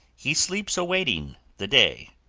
he sleeps awaiting the day,